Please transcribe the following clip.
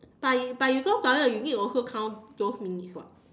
but you but you go toilets you need to also count those minutes [what]